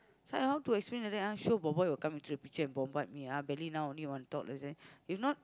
so I how to explain like that ah sure boy boy will come into the picture and bombard me ah belly now only want to talk if not